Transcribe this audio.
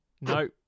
No